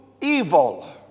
evil